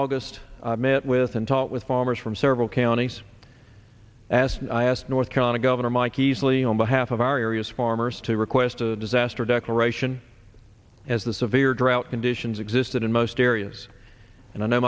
august met with and talked with farmers from several counties as i asked north carolina governor mike easley on behalf of our area's farmers to request a disaster declaration as the severe drought conditions existed in most areas and i know